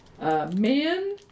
men